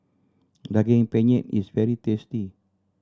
Daging Penyet is very tasty